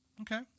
Okay